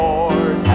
Lord